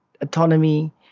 autonomy